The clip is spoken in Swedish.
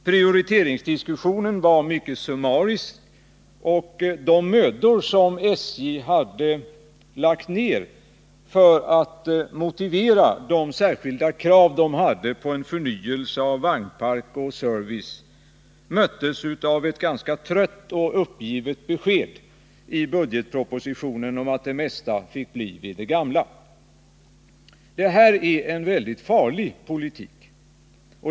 Prioriteringsdiskussionen var ytterst summarisk, och de mödor som SJ ändå gjort för att motivera särskilda krav på förnyelse av vagnpark och service möttes av ett ganska trött och uppgivet besked i budgetpropositionen om att det mesta fick bli vid det gamla. Det här är en farlig politik.